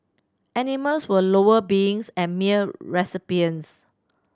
animals were lower beings and mere recipients